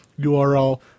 URL